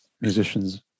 musicians